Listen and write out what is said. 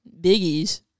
Biggie's